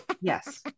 Yes